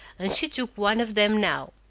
and she took one of them now.